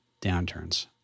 downturns